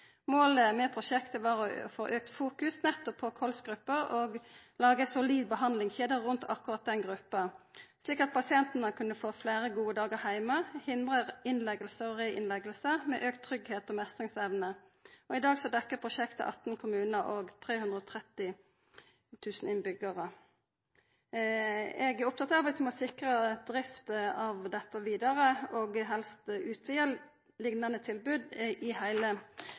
Målet med prosjektet var å få auka fokus nettopp på kolsgruppa og laga ei solid behandlingskjede rundt akkurat den gruppa, slik at pasientane kunne få fleire gode dagar heime, hindra innlegging og reinnlegging med auka tryggleik og meistringsevne. I dag dekkjer prosjektet 18 kommunar og 330 000 innbyggjarar. Eg er opptatt av at vi må sikra drift av dette vidare og helst utvida liknande tilbod i heile